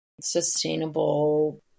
sustainable